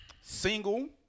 Single